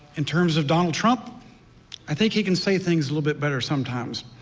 in terms of donald trump i think he can say things a little bit better sometimes.